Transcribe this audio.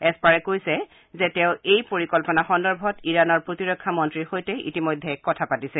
এস্পাৰে কৈছে যে তেওঁ এই পৰিকল্পনা সন্দৰ্ভত ইৰাণৰ প্ৰতিৰক্ষা মন্ত্ৰীৰ সৈতে ইতিমধ্যে কথা পাতিছে